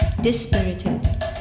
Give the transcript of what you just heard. Dispirited